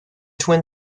twin